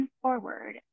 forward